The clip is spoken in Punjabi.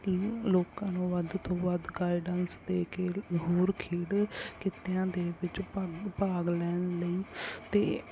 ਲੋਕਾਂ ਨੂੰ ਵੱਧ ਤੋਂ ਵੱਧ ਗਾਈਡਾਂਸ ਦੇ ਕੇ ਹੋਰ ਖੇਡ ਕਿੱਤਿਆਂ ਦੇ ਵਿੱਚ ਭਗ ਭਾਗ ਲੈਣ ਲਈ ਅਤੇ